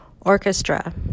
Orchestra